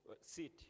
Sit